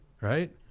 right